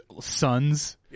sons